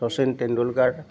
Sachin Tendulkar